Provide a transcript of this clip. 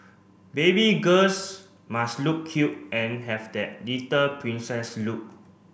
baby girls must look cute and have that little princess look